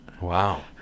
Wow